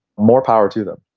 more power to them,